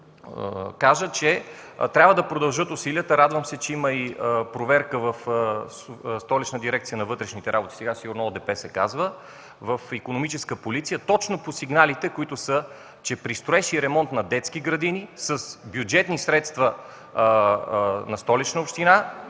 усилията трябва да продължат. Радвам се, че има проверка в Столична дирекция на вътрешните работи, сега сигурно ОДП се казва, в Икономическа полиция точно по сигналите, които са – че при строеж и ремонт на детски градини с бюджетни средства на Столична община